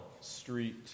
Street